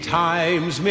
times